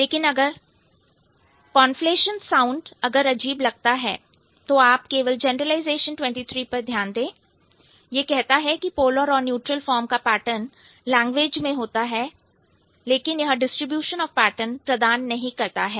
लेकिन अगर conflation sound अगर अजीब लगता है तो आप केवल जनरलाइजेशन 23 पर ध्यान दें यह कहता है कि पोलर और न्यूट्रल फार्म का पैटर्न लैंग्वेज में होता तो है लेकिन यह डिस्ट्रीब्यूशन ऑफ पैटर्न प्रदान नहीं करता है